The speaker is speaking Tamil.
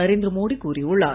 நரேந்திர மோடி கூறியுள்ளார்